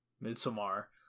Midsummer